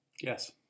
Yes